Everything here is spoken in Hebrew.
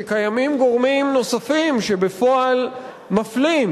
אני ער לכך שקיימים גורמים נוספים שבפועל מפלים,